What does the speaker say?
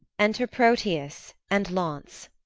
enter proteus and launce